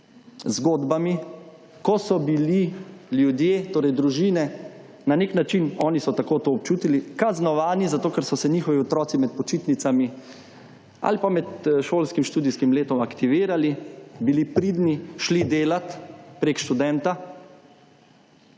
zgodbami, ko so bili ljudje, torej družine na nek način, oni so tako to občutili, kaznovani, zato ker so se njihovi otroci med počitnicami ali pa med šolskim študijskim letom aktivirali, bili pridni, šli delat, preko študenta